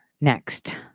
next